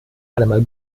allemal